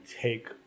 take